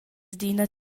adina